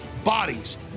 bodies